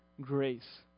grace